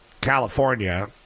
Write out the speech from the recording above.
California